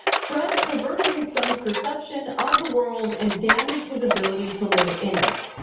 fred perverted his son's perception of the world and damaged his ability to live in it.